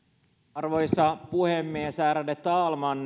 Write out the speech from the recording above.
arvoisa puhemies ärade talman